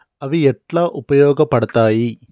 అవి ఎట్లా ఉపయోగ పడతాయి?